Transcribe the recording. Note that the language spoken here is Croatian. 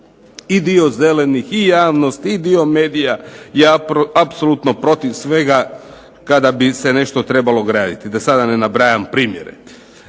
i dio zelenih i javnost i dio medija ja apsolutno protiv svega kada bi se nešto trebalo graditi, da sada ne nabrajam primjere.